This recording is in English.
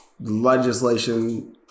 legislation